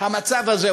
המצב הזה.